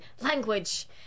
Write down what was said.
language